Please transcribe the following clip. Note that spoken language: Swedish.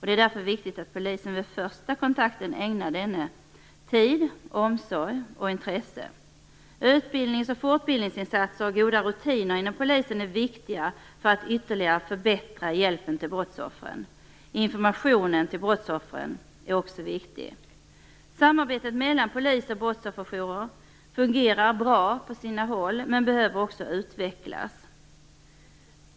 Det är därför viktigt att polisen vid första kontakten ägnar offret tid, omsorg och intresse. Utbildnings och fortbildningsinsatser och goda rutiner inom polisen är viktiga för att ytterligare förbättra hjälpen till brottsoffren. Informationen till brottsoffren är också viktig. Samarbetet mellan polis och brottsofferjourer fungerar bra på sina håll men behöver utvecklas.